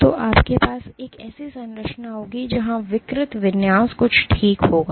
तो आपके पास एक ऐसी संरचना होगी जहां विकृत विन्यास कुछ ठीक दिखेगा